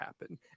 happen